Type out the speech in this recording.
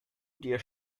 dir